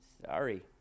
Sorry